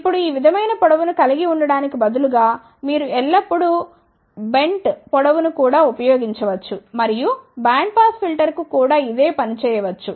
ఇప్పుడు ఈ విధమైన పొడవు ను కలిగి ఉండటానికి బదులుగా మీరు ఎల్లప్పుడూ బెంట్ పొడవు ను కూడా ఉపయోగించవచ్చు మరియు బ్యాండ్పాస్ ఫిల్టర్కు కూడా ఇదే పని చేయ వచ్చు